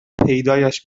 پیدایش